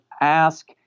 ask